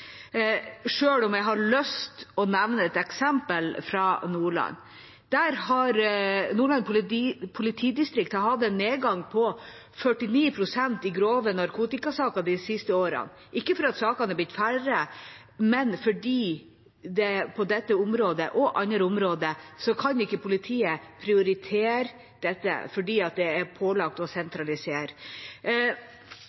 om jeg har lyst til å nevne et eksempel fra Nordland. Nordland politidistrikt har hatt en nedgang på 49 pst. i grove narkotikasaker de siste årene, ikke fordi sakene er blitt færre, men fordi politiet ikke kan prioritere dette og andre områder – dette fordi en er pålagt å sentralisere. Det er